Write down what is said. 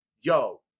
yo